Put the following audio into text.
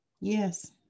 Yes